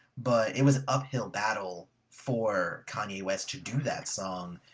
but it was uphill battle for kanye west to do that song,